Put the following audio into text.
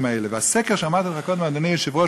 מיקי לוי,